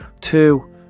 Two